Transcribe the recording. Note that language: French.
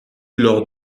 lors